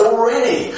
Already